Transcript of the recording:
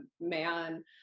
man